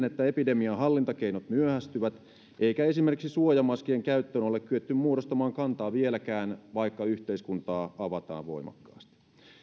että epidemian hallintakeinot myöhästyvät eikä esimerkiksi suojamaskien käyttöön ole kyetty muodostamaan kantaa vieläkään vaikka yhteiskuntaa avataan voimakkaasti